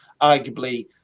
arguably